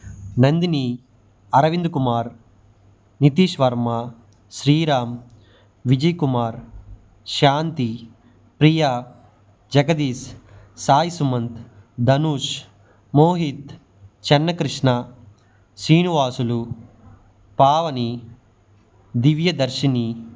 Nandini Arvind Kumar Nitish Varma Sriram Vijay Kumar Shanti Priya Jagadish Sai Sumanth Dhanush Mohit Chenna Krishna Srinivasulu Pavani Divyadarshini